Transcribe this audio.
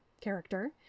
character